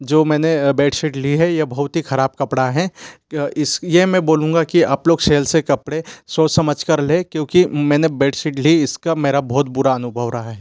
जो मैंने बेडशीट ली है यह बहुत ही ख़राब कपड़ा है इस ये मैं बोलूँगा कि आप लोग सेल से कपड़े सोच समझ कर लें क्योंकि मैंने बेडशीट ली इसका मेरा बहुत बुरा अनुभव रहा है